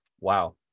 Wow